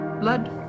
Blood